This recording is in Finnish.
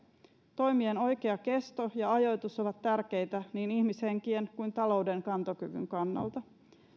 toimien oikea kesto ja ajoitus ovat tärkeitä niin ihmishenkien kuin talouden kantokyvyn kannalta